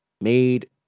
made